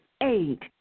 Eight